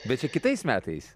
bet čia kitais metais